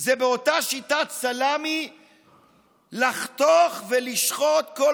זה באותה שיטת סלאמי לחתוך ולשחוט כל